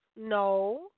No